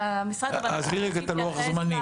המשרד --- צריך להתייחס למועד --- עזבי רגע את לוח הזמנים,